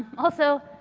also,